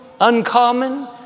uncommon